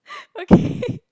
okay